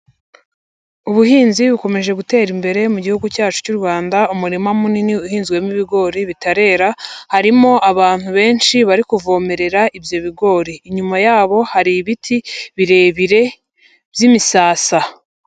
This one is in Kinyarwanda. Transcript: Ubuhinzi bukomeje gutera imbere mu gihugu cyacu cy'u Rwanda, umurima munini uhinzwemo ibigori bitarera, harimo abantu benshi bari kuvomerera ibyo bigori, inyuma yabo hari ibiti birebire by'imisasa.